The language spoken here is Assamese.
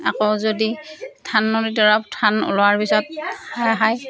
আকৌ যদি ধাননিডৰা ধান ওলোৱাৰ পিছত হাঁহে খায়